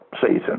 season